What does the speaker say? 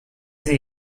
sie